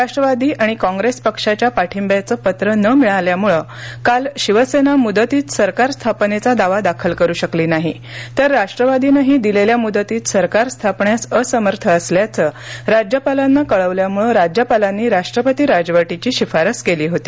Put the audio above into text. राष्ट्रवादी आणि काँग्रेस पक्षाच्या पाठिंव्याचं पत्र न मिळाल्यामुळं काल शिवसेना मुदतीत सरकार स्थापनेचा दावा दाखल करू शकली नाही तर राष्ट्रवादीनंही दिलेल्या मुदतीत सरकार स्थापण्यास असमर्थ असल्याचं राज्यपालांना कळवल्यामुळे राज्यपालांनी राष्ट्रपती राजवटीची शिफारस केली होती